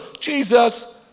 Jesus